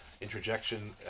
interjection